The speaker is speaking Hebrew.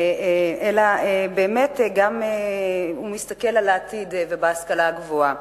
אלא באמת הוא גם מסתכל על העתיד ועל ההשכלה הגבוהה.